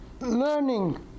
learning